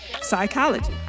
psychology